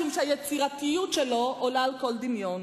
משום שהיצירתיות שלו עולה על כל דמיון,